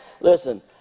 listen